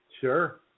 Sure